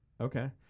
Okay